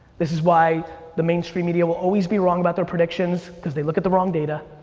this is why the mainstream media will always be wrong about their predictions cause they look at the wrong data.